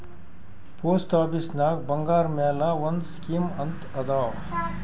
post ಆಫೀಸ್ನಾಗ್ ಬಂಗಾರ್ ಮ್ಯಾಲ ಒಂದ್ ಸ್ಕೀಮ್ ಅಂತ್ ಅದಾ